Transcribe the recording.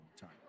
time